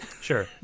Sure